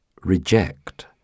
reject